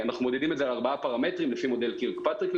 אנחנו מודדים ארבעה פרמטרים לפי מודל קירק פטריק,